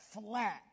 flat